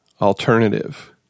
alternative